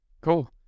Cool